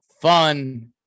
fun